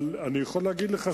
אבל אני יכול להגיד לך,